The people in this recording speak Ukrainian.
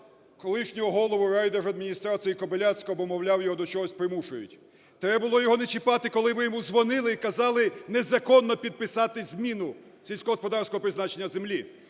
колишнього голову райдержадміністрації Кобиляцького, бо, мовляв, його до чогось примушують. Треба було його не чіпати, коли ви йому дзвонили і казали незаконно підписати зміну сільськогосподарського призначення землі,